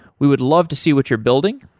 we would love to see what you're building.